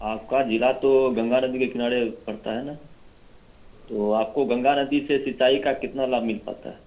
आपका जिला तो गंगा नदी के किनारे पड़ता है न तो आपको गंगा नदी से सिंचाई का कितना लाभ मिल पाता है